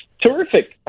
terrific